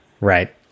right